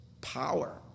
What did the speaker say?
power